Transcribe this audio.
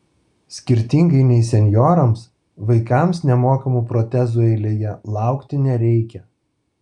skirtingai nei senjorams vaikams nemokamų protezų eilėje laukti nereikia